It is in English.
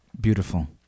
Beautiful